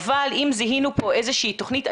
אבל אם זיהינו פה איזושהי תוכנית,